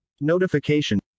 Notification